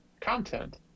content